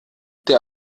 der